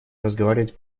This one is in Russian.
разговаривать